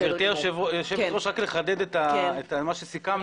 גברתי היושבת ראש, רק לחדד את מה שסיכמנו.